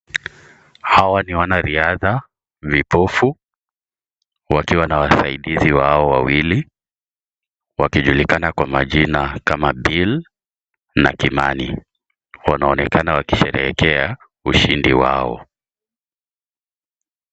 Hawa ni wanariadha vipofu, wote wanawasaidizi wao wawili wakijulikana kwa majina kama Bill na Kimani , wanaonekana wakisherehekea ushindi wao.